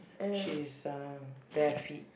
she's uh bare feet